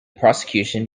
prosecution